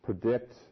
predict